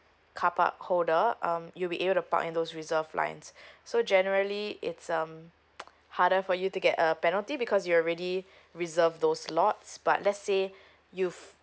carpark holder um you'll be able to park in those reserved lines so generally it's um harder for you to get a penalty because you're already reserve those lots but let's say you've